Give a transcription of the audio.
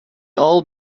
old